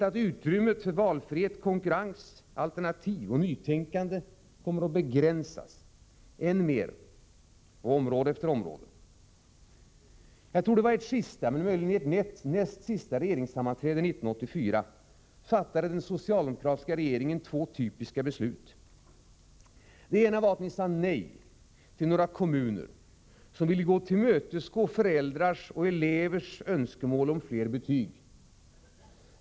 — att utrymmet för valfrihet, konkurrens, alternativ och nytänkande kommer att begränsas än mer, på område efter område. Jag tror att det var på det sista, möjligen det näst sista, regeringssammanträdet 1984 som den socialdemokratiska regeringen fattade två typiska beslut. Det ena var att ni-sade nej till några kommuner som ville tillmötesgå föräldrars och elevers önskemål om fler betyg.